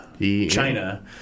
China